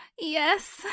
yes